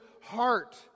heart